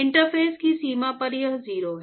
interface की सीमा पर यह 0 है